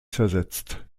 zersetzt